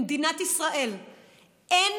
למדינת ישראל אין